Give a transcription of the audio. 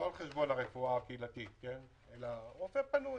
לא על חשבון הרפואה הקהילתית אלא רופא פנוי.